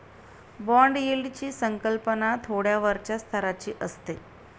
bond यील्डची संकल्पना थोड्या वरच्या स्तराची असते